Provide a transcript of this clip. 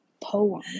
poem